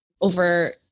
over